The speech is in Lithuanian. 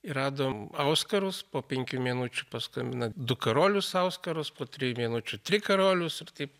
ir radom auskarus po penkių minučių paskambina dukarolius auskarus po trijų minučių trikarolius ir taip